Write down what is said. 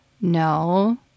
No